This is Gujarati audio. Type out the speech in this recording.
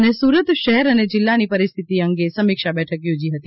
અને સુરત શહેર અને જિલ્લાની પરિસ્થિતિ અંગે સમીક્ષા બેઠક યોજાઇ હતી